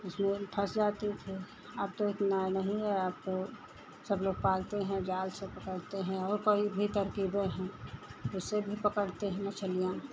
उसमें फँस जाती थी अब तो उतना नहीं है अब तो सब लोग पालते हैं जाल से पकड़ते हैं और कई भी तरकीबें है उससे भी पकड़ते हैं मछलियाँ